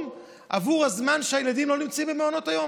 עבור הזמן שהילדים לא נמצאים במעונות היום.